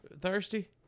thirsty